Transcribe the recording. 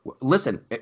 Listen